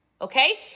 Okay